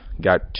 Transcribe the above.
got